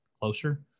closer